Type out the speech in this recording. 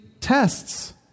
tests